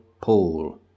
Paul